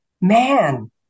Man